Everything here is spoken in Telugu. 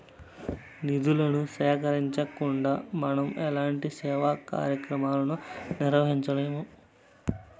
నిధులను సేకరించకుండా మనం ఎలాంటి సేవా కార్యక్రమాలను నిర్వహించలేము